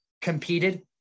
competed